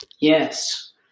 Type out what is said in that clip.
Yes